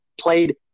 played –